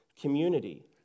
community